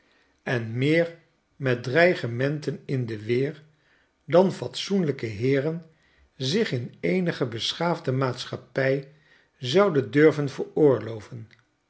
en meer met dreigementen in de weer dan fatsoenlijke heeren zich in eenige beschaafde maatschappij zouden durven veroorloven